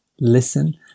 listen